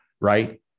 right